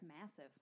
Massive